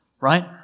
Right